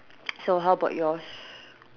so how about yours